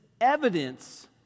evidence